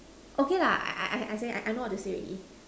okay lah I I I say I know what to say already